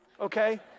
okay